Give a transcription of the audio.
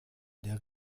der